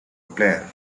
player